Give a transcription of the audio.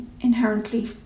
inherently